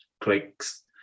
clicks